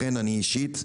לכן אני אישית,